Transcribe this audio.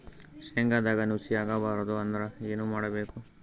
ಶೇಂಗದಾಗ ನುಸಿ ಆಗಬಾರದು ಅಂದ್ರ ಏನು ಮಾಡಬೇಕು?